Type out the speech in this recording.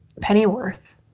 Pennyworth